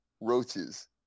roaches